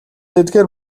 эдгээр